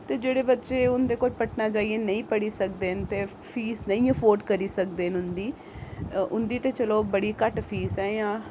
ते जेह्ड़े बच्चे उं'दे कोल पटना जाइयै नेईं पढ़ी सकदे न ते फीस नेईं अफोर्ड करी सकदे न उं'दी उं'दी ते चलो बड़ी घट्ट फीस ऐ अजें